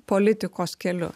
politikos keliu